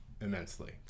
immensely